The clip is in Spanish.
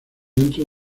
dentro